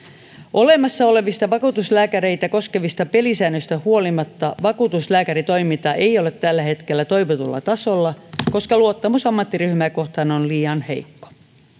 olemassa olevista vakuutuslääkäreitä koskevista pelisäännöistä huolimatta vakuutuslääkäritoiminta ei ole tällä hetkellä toivotulla tasolla koska luottamus ammattiryhmää kohtaan on liian heikko